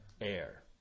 air